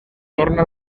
torna